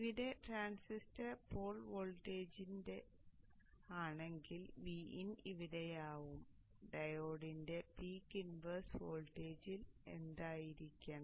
ഇവിടെ transistor pole വോൾട്ടേജിൽ ആണെങ്കിൽ Vin ഇവിടെയാവും ഡയോഡിന്റെ പീക്ക് ഇൻവേഴ്സ് വോൾട്ടേജ് എന്തായിരിക്കണം